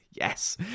Yes